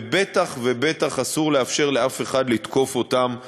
ובטח ובטח אסור לאפשר לתקוף אותם פיזית,